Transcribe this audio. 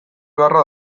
beharra